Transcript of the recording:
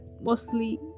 mostly